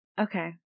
Okay